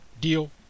deal